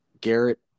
Garrett